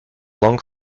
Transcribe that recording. long